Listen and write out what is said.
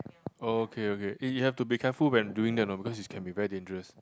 okay okay eh you have to be careful when doing that you know because is can be very dangerous